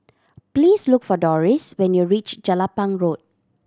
please look for Doris when you reach Jelapang Road